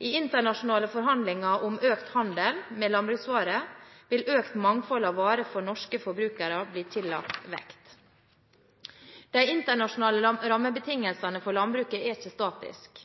I internasjonale forhandlinger om økt handel med landbruksvarer vil økt mangfold av varer for norske forbrukere bli tillagt vekt. De internasjonale rammebetingelsene for landbruket er ikke